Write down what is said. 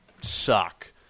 suck